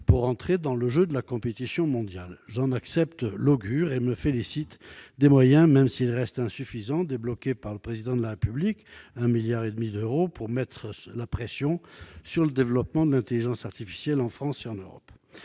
pour entrer dans le jeu de la compétition mondiale ; j'en accepte l'augure, et je me félicite des moyens, même s'ils restent insuffisants, débloqués par le Président de la République- un milliard et demi d'euros -pour mettre un coup de pression et encourager le développement de l'intelligence artificielle en France et en Europe.